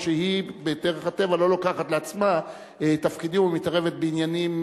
אף שהיא בדרך הטבע לא לוקחת לעצמה תפקידים ומתערבת בעניינים,